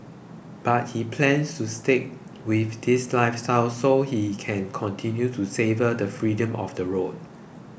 but he plans to stick with this lifestyle so he can continue to savour the freedom of the road